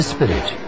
Spirit